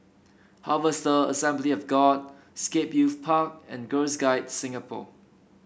Harvester Assembly of God Scape Youth Park and Girls Guides Singapore